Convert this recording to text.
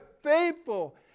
faithful